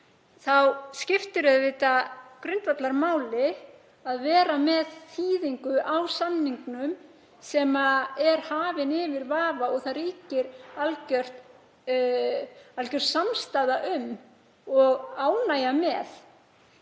þá skiptir grundvallarmáli að vera með þýðingu á samningnum sem er hafin yfir vafa og þýðingu sem algjör samstaða ríkir um og ánægja með.